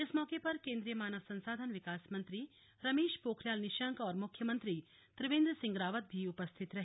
इस मौके पर केंद्रीय मानव संसाधन विकास मंत्री रमेश पोखरियाल निशंक और मुख्यमंत्री त्रिवेंद्र सिंह रावत भी उपस्थित रहे